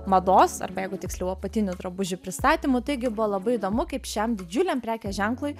mados arba jeigu tiksliau apatinių drabužių pristatymų taigi buvo labai įdomu kaip šiam didžiuliam prekės ženklui